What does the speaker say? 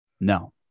No